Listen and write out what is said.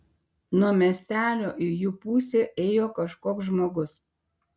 nuo miestelio į jų pusę ėjo kažkoks žmogus